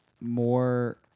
more